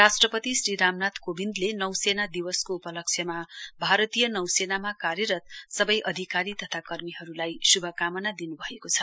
राष्ट्रपति श्री रामनाथ कोविन्दले नौसेना दिवसको उपलक्ष्यमा भारतीय नौसेनामा कार्यरत सबै अधिकारी तथा कर्मीहरूलाई श्भकामना दिन् भएको छ